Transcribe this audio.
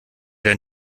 dein